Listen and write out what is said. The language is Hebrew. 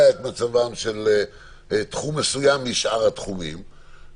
את מצבם של תחום מסוים משאר התחומים.